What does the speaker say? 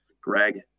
Greg